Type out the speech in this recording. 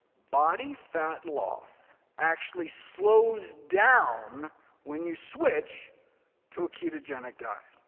body fat loss actually slows down when you switch to a ketogenic diet.